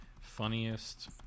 Funniest